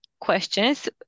questions